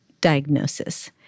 diagnosis